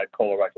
colorectal